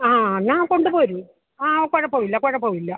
ആ എന്നാൽ കൊണ്ടു പോര് ആ കുഴപ്പം ഇല്ല കുഴപ്പം ഇല്ല